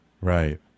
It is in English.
Right